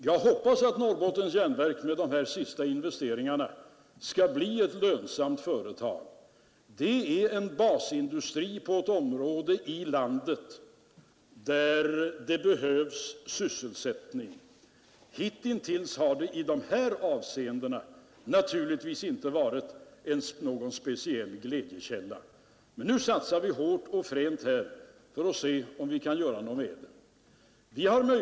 Jag hoppas att Norrbottens Järnverk med de senaste investeringarna skall bli ett lönsamt företag. Det är en basindustri i ett område av landet där det behövs sysselsättning. Hittills har det i dessa avseenden inte varit någon speciell glädjekälla, men nu satsar vi hårt och fränt för att se om vi kan göra det lönsamt.